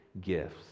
gifts